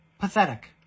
Pathetic